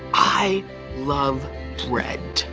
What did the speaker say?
i love bread!